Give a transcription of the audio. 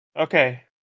okay